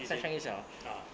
一定 ah